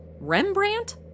Rembrandt